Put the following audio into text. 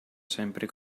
sempre